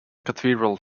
cathedral